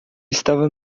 estava